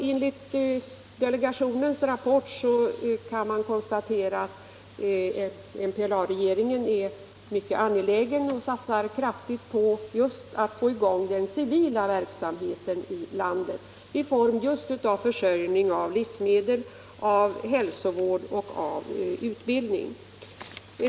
Enligt delegationens rapport kan man konstatera att MPLA-regeringen är mycket angelägen om och satsar kraftigt på att få i gång den civila verksamheten i landet i form av försörjning med livsmedel, hälsovård och utbildning.